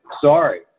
sorry